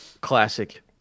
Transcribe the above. classic